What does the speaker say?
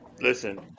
Listen